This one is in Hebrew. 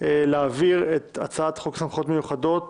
להעביר את הצעת חוק סמכויות מיוחדות